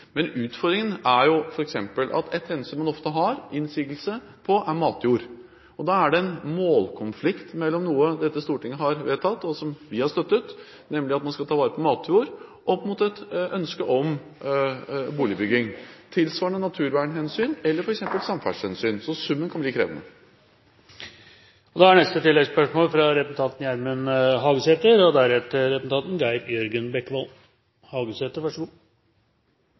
Men utfordringen er f.eks. hensynet til innsigelse når det gjelder matjord. Da er det en målkonflikt mellom noe dette stortinget har vedtatt, og som vi har støttet, nemlig at vi skal ta vare på matjord, mot et ønske om boligbygging. Tilsvarende er det med naturvernhensyn eller f.eks. samferdselshensyn. Så summen kan bli krevende. Gjermund Hagesæter – til oppfølgingsspørsmål. Sjølv om vi har passert fem millionar innbyggjarar i Noreg, har vi nok av areal – vi har god